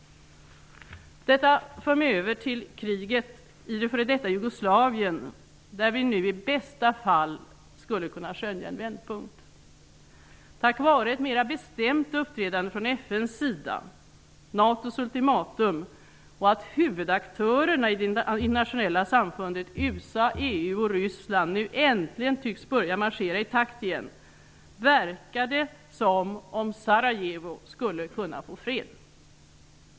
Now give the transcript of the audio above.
Detta för mig över till kriget i f.d. Jugoslavien, där vi nu i bästa fall skulle kunna skönja en vändpunkt. Tack vare ett mer bestämt uppträdande från FN:s sida, NATO:s ultimatum och det faktum att huvudaktörerna i det internationella samfundet -- USA, EU och Ryssland -- nu äntligen tycks börja marschera i takt igen verkar det som om Sarajevo skulle kunna få fred.